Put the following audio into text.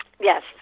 Yes